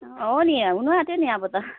हो नि हुनु आँट्यो नि अब त